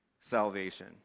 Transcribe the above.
salvation